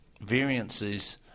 variances